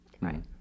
Right